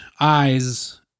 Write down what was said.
eyes